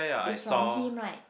is from him right